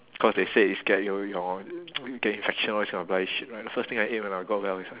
cause they said it's or get infection all these kind of bloody shit right the first thing I ate when I got well is like